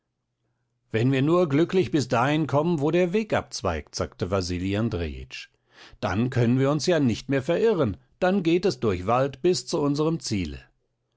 wenn wir nur glücklich bis dahin kommen wo der weg abzweigt sagte wasili andrejitsch dann können wir uns ja nicht mehr verirren dann geht es durch wald bis zu unserem ziele